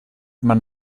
man